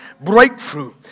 breakthrough